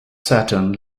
saturn